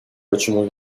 почему